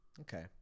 Okay